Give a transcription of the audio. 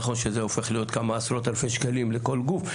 נכון שזה הופך להיות כמה עשרות אלפי שקלים לכל גוף,